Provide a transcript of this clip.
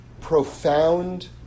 profound